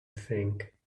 think